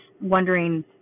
wondering